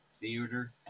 Theater